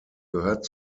gehört